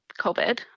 COVID